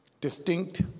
distinct